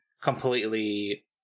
completely